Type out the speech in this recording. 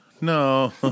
No